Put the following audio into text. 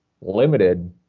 limited